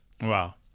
Wow